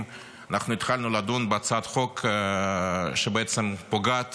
אנחנו התחלנו לדון בהצעת חוק שבעצם פוגעת